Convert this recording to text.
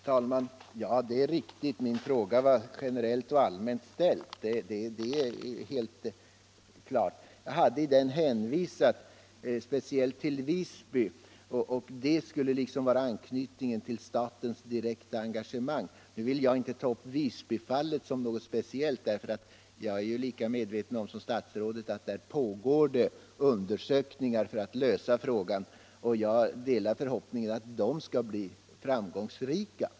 Herr talman! Det är riktigt att min fråga var generellt ställd. Jag hänvisade speciellt till Visby, och därmed anknöt jag till statens direkta engagemang. Jag vill emellertid inte ta upp Visbyfallet som något speciellt — jag är lika medveten som statsrådet om att där pågår undersökningar för att lösa problemen, och jag delar förhoppningen att de skall bli framgångsrika.